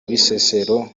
bisesero